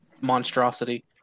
monstrosity